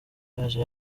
yaje